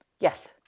yes?